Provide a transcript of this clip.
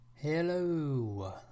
Hello